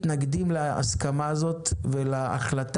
מאזן